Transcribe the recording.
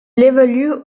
évolue